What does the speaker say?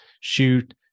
shoot